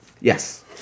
Yes